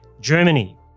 Germany